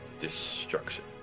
destruction